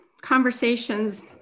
conversations